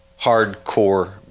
hardcore